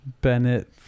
Bennett